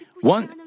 One